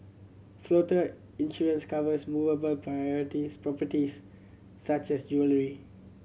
floater insurance covers movable parities properties such as jewellery